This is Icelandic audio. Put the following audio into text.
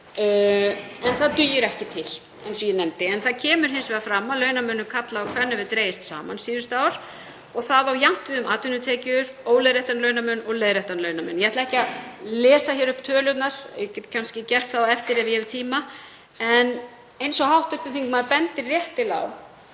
En það dugir ekki til, eins og ég nefndi. En það kemur hins vegar fram að launamunur karla og kvenna hefur dregist saman síðustu ár og það á jafnt við um atvinnutekjur, óleiðréttan launamun og leiðréttan launamun. Ég ætla ekki að lesa hér upp tölurnar, ég get kannski gert það á eftir ef ég hef tíma, en eins og hv. þingmaður bendir réttilega